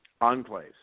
enclaves